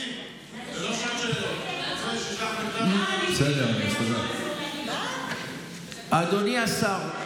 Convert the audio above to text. אדוני השר,